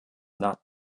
not